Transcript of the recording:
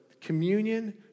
communion